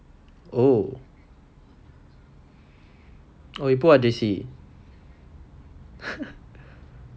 oh oh you put what J_C